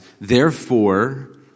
Therefore